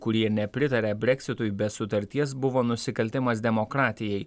kurie nepritarė breksitui be sutarties buvo nusikaltimas demokratijai